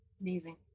Amazing